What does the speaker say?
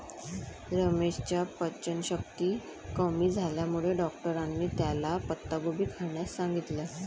रमेशच्या पचनशक्ती कमी झाल्यामुळे डॉक्टरांनी त्याला पत्ताकोबी खाण्यास सांगितलं